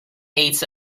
its